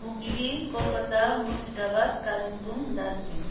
Hooghly Kolkata Murshidabad Kalimpong Darjeeling